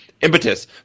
impetus